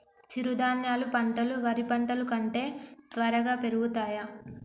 చిరుధాన్యాలు పంటలు వరి పంటలు కంటే త్వరగా పెరుగుతయా?